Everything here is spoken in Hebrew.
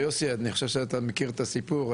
יוסי אני חושב שאתה מכיר את הסיפור,